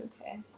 Okay